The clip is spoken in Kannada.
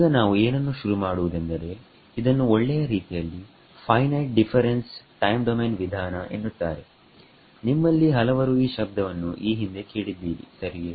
ಈಗ ನಾವು ಏನನ್ನು ಶುರುಮಾಡುವುದೆಂದರೆ ಇದನ್ನು ಒಳ್ಳೆಯ ಸ್ಥಿತಿಯಲ್ಲಿ ಫೈನೈಟ್ ಡಿಫರೆನ್ಸ್ ಟೈಮ್ ಡೊಮೈನ್ ವಿಧಾನ ಎನ್ನುತ್ತಾರೆನಿಮ್ಮಲ್ಲಿ ಹಲವರು ಈ ಶಬ್ದವನ್ನು ಈ ಹಿಂದೆ ಕೇಳಿದ್ದೀರಿ ಸರಿಯೇ